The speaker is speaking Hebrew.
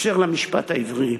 בקשר למשפט העברי,